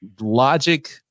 logic